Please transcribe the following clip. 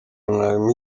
mwarimu